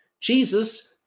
Jesus